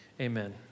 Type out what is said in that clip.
amen